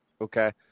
Okay